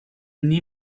nie